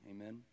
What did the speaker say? Amen